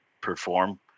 perform